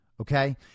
Okay